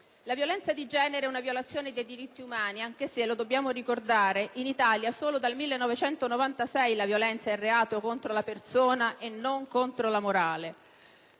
La violenza di genere è una violazione dei diritti umani, anche se - lo dobbiamo ricordare - in Italia solo dal 1996 la violenza è reato contro la persona e non contro la morale.